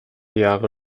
jahre